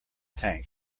tank